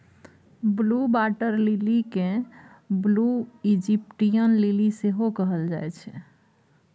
blue water lily केँ blue Egyptian lily सेहो कहल जाइ छै